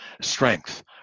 strength